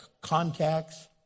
contacts